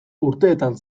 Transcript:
urteetan